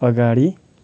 अगाडि